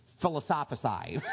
philosophize